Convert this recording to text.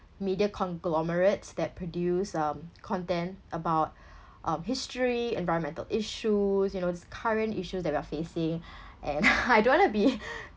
media conglomerates that produce um content about um history environmental issues you know these current issues that we are facing and I don't wanna be be